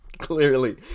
clearly